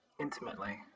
intimately